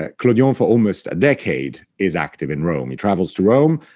ah clodion, for almost a decade, is active in rome. he travels to rome,